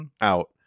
out